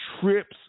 trips